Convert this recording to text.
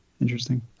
Interesting